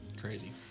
Crazy